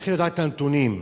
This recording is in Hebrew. צריך לדעת את הנתונים.